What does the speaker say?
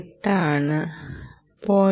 8 ഇത് 0